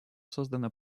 создана